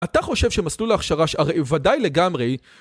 אתה חושב שמסלול ההכשרה ש.. הרי ודאי לגמרי.